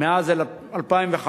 מאז 2005,